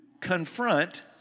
confront